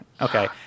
Okay